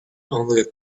only